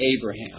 Abraham